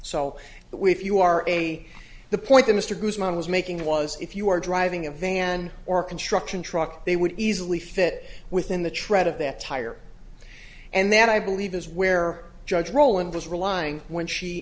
way if you are a the point the mr guzman was making was if you are driving a van or construction truck they would easily fit within the tread of that tire and then i believe is where judge rowland was relying when she